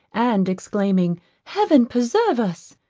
and exclaiming heaven preserve us!